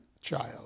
child